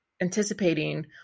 anticipating